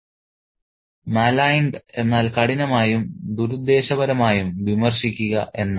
" 'maligned' എന്നാൽ കഠിനമായും ദുരുദ്ദേശപരമായും വിമർശിക്കുക എന്നാണ്